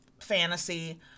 fantasy